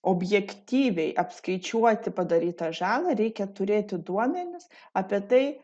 objektyviai apskaičiuoti padarytą žalą reikia turėti duomenis apie tai